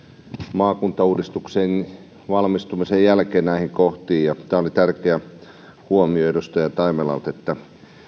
maakuntauudistuksen valmistumisen jälkeen näihin kohtiin tämä oli tärkeä huomio edustaja taimelalta että